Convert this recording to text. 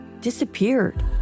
disappeared